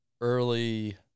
early